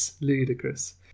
ludicrous